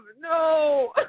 No